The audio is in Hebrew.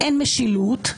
אין משילות,